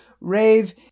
rave